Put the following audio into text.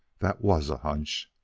that was a hunch!